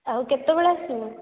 ଆଉ କେତେବେଳେ ଆସିବୁ